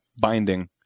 binding